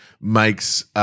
makes –